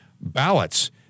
ballots